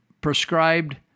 prescribed